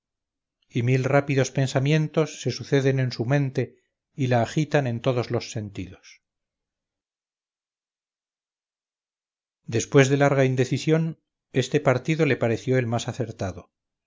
y mil rápidos pensamientos se suceden en su mente y la agitan en todos sentidos después de larga indecisión este partido le pareció el más acertado